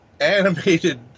animated